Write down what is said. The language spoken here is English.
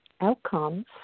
outcomes